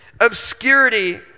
obscurity